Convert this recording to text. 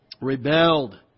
Rebelled